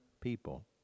people